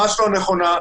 נכונה.